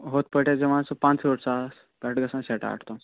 ہُتھٕ پٲٹھۍ حظ ہٮ۪وان سُہ پٲنٛژہٲٹھ ساس پٮ۪ٹھٕ گژھان سِٹاٹ تِم